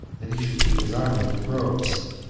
that he should keep his army in the groves,